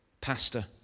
Pastor